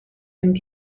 and